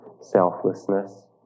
selflessness